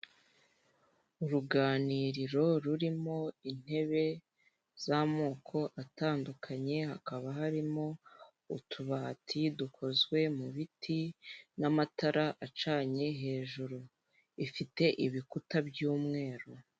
Uruganiriro rurimo intebe z'amoko atandukanye, hakaba harimo utubati dukozwe mu biti n'amatara acanye hejuru, ifite ibikuta by'umweru.